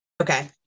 Okay